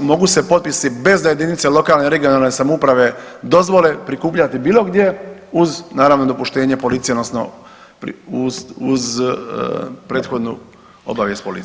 mogu se potpisi bez da jedinice lokalne i regionalne samouprave dozvole prikupljati bilo gdje uz naravno, dopuštenje policije, odnosno uz prethodnu obavijest policiji.